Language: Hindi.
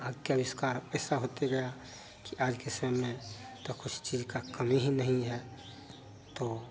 आग के अविष्कार ऐसा होते गया कि आज एक समय में तो कुछ चीज़ की कमी ही नहीं है तो